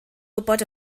gwybod